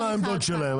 מה היא עושה פה?